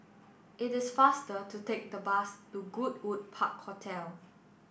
it is faster to take the bus to Goodwood Park Hotel